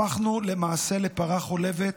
הפכנו למעשה לפרה חולבת,